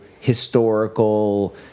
historical